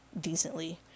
decently